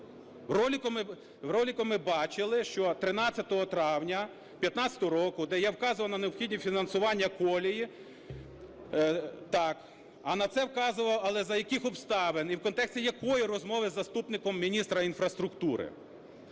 В ролику ми бачили, що 13 травня 15-го року, де я вказував на необхідні фінансування колії, так. А на це вказував… Але за яких обставин і в контексті якої розмови з заступником міністра інфраструктури?